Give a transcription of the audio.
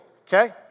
okay